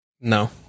No